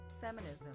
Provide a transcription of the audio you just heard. Feminism